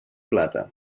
plata